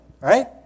right